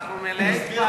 אנחנו מלאי התפעלות,